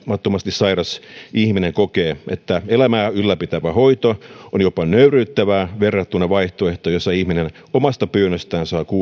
sairas ihminen kokee että elämää ylläpitävä hoito on jopa nöyryyttävää verrattuna vaihtoehtoon jossa ihminen omasta pyynnöstään saa